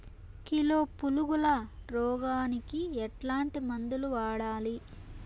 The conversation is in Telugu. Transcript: కిలో పులుగుల రోగానికి ఎట్లాంటి మందులు వాడాలి?